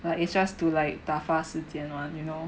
but it's just to like 打发时间 [one] you know